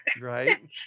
Right